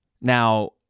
Now